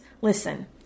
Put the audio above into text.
listen